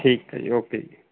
ਠੀਕ ਹੈ ਜੀ ਓਕੇ ਜੀ